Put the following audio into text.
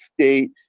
State